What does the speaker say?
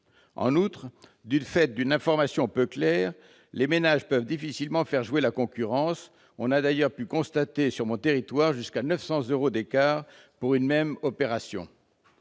En outre, du fait d'une information peu claire, les ménages peuvent difficilement faire jouer la concurrence ; on a d'ailleurs pu constater sur le territoire dont je suis élu jusqu'à 900 euros d'écart pour une même opération.